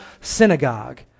synagogue